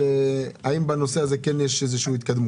האם בנושא הזה יש התקדמות?